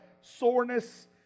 soreness